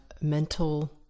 mental